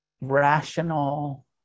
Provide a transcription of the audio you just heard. rational